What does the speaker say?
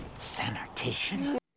Sanitation